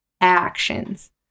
actions